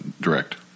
direct